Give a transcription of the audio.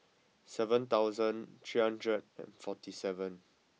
seven thousand three hundred and forty seven